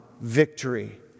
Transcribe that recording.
victory